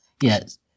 Yes